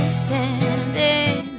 standing